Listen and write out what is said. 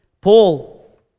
Paul